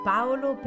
Paolo